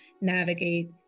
navigate